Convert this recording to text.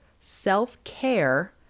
self-care